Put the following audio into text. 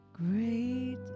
Great